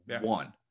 one